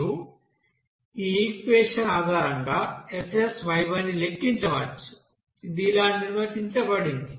మీరు ఈ ఈక్వెషన్ ఆధారంగా SSyy ని లెక్కించవచ్చు ఇది ఇలా నిర్వచించబడింది